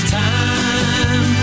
time